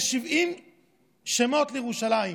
יש 70 שמות לירושלים,